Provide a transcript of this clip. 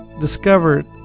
discovered